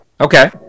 Okay